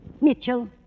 Mitchell